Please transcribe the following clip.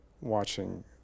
watching